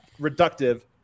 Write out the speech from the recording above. reductive